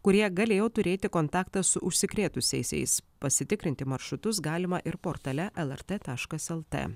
kurie galėjo turėti kontaktą su užsikrėtusiaisiais pasitikrinti maršrutus galima ir portale lrt taškas lt